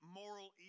moral